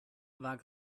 war